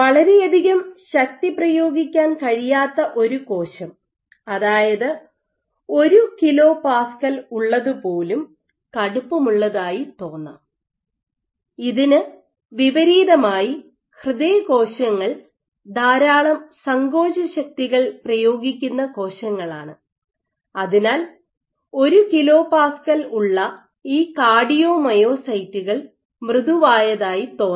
വളരെയധികം ശക്തി പ്രയോഗിക്കാൻ കഴിയാത്ത ഒരു കോശം അതായത് 1 kPa ഉള്ളത് പോലും കടുപ്പമുള്ളതായി തോന്നാം ഇതിന് വിപരീതമായി ഹൃദയകോശങ്ങൾ ധാരാളം സങ്കോചശക്തികൾ പ്രയോഗിക്കുന്ന കോശങ്ങളാണ് അതിനാൽ 1 kPa ഉള്ള ഈ കാർഡിയോ മയോസൈറ്റുകൾ മൃദുവായതായി തോന്നാം